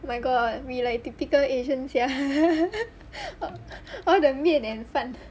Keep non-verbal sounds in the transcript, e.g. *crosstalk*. oh my god we like typical asian sia *laughs* all the 面 and 饭